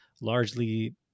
largely